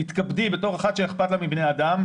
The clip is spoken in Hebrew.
תתכבדי בתור אחת שאכפת לה מבני אדם,